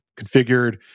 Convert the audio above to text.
configured